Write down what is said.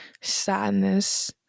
sadness